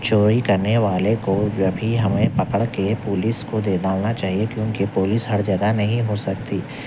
چوری کرنے والے کو جب بھی ہمیں پکڑ کے پولیس کو دے ڈالنا چاہیے کیونکہ پولیس ہر جگہ نہیں ہوسکتی